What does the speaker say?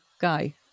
guy